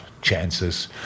chances